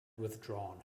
withdrawn